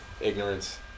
ignorance